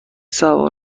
سوار